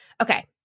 Okay